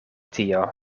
tio